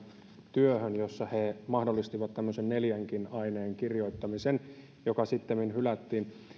työhön jossa he mahdollistivat tämmöisen neljänkin aineen kirjoittamisen mikä sittemmin hylättiin